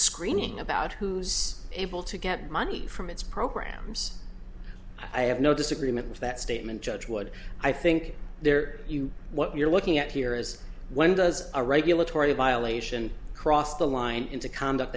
screening about who's able to get money from it's programs i have no disagreement with that statement judge would i think there you what you're looking at here is when does a regulatory violation cross the line into conduct